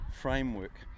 framework